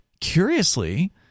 curiously